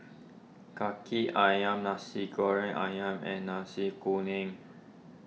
Kaki Ayam Nasi Goreng Ayam and Nasi Kuning